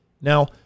Now